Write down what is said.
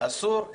אסורות הרמטית.